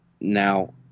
Now